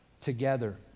together